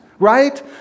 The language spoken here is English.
right